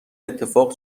اتفاق